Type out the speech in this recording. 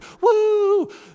woo